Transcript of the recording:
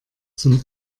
zum